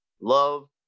love